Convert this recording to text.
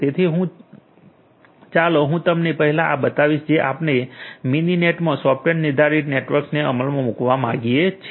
તેથી ચાલો હું તમને પહેલા આ બતાવીશ કે આપણે મિનિનેટમાં સોફ્ટવેર નિર્ધારિત નેટવર્ક્સને અમલમાં મુકવા માંગીયે છે